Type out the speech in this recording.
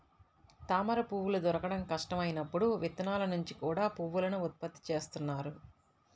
తామరపువ్వులు దొరకడం కష్టం అయినప్పుడు విత్తనాల నుంచి కూడా పువ్వులను ఉత్పత్తి చేస్తున్నారు